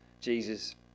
Jesus